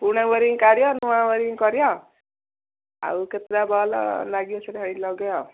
ପୁରୁଣା ୱାରିଗିଂ କାଢ଼ିବ ନୂଆ ୱାରିଗିଂ କରିବ ଆଉ କେତେଟା ବଲ୍ ଲାଗିବ ସେଇଟା ଏଇଠି ଲଗେଇବା